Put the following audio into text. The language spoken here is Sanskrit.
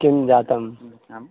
किं जातम् आम्